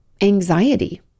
anxiety